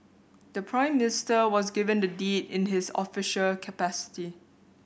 the Prime Minister was given the deed in his official capacity